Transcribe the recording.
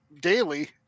daily